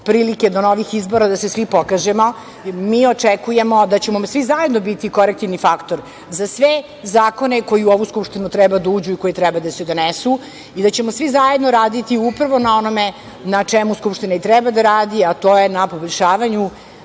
prilike do novih izbora da se svi pokažemo, mi očekujemo da ćemo svi zajedno biti korektivni faktor za sve zakone koji u ovu Skupštinu treba da uđu i koji treba da se donesu i da ćemo svi zajedno raditi upravo na onome na čemu Skupština i treba da radi, a to je na poboljšavanju